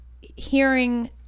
hearing